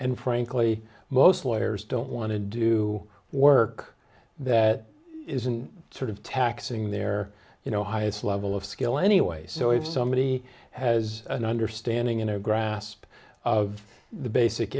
and frankly most lawyers don't want to do work that isn't sort of taxing their you know highest level of skill anyway so if somebody has an understanding in their grasp of the basic